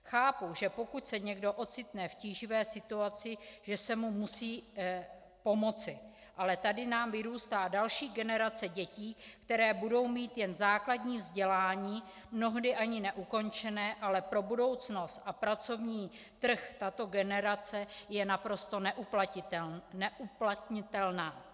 Chápu, že pokud se někdo ocitne v tíživé situaci, že se mu musí pomoci, ale tady nám vyrůstá další generace dětí, které budou mít jen základní vzdělání, mnohdy ani neukončené, ale pro budoucnost a pracovní trh tato generace je naprosto neuplatnitelná.